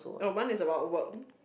oh one is about work